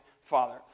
father